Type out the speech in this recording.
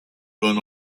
run